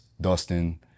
Dustin